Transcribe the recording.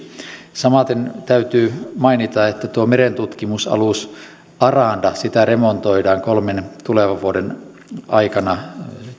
samaten täytyy mainita että merentutkimusalus arandaa remontoidaan kolmen tulevan vuoden aikana